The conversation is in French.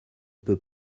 peut